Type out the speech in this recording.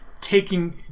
taking